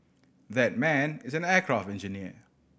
that man is an aircraft engineer